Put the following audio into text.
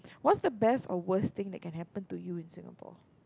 what's the best or worst thing that can happen to you in Singapore